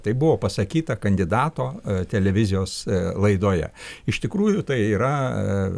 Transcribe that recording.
tai buvo pasakyta kandidato televizijos laidoje iš tikrųjų tai yra